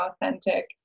authentic